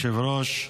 אדוני היושב-ראש,